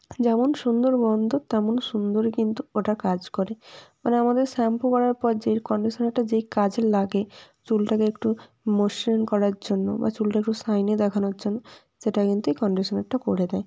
যেমন সুন্দর গন্ধ তেমন সুন্দরই কিন্তু ওটা কাজ করে মানে আমাদের শ্যাম্পু করার পর যে কন্ডিশনারটা যেই কাজে লাগে চুলটাকে একটু মসৃণ করার জন্য বা চুলটা একটু সাইনি দেখানোর জন্য সেটা কিন্তু এই কন্ডিশনারটা করে দেয়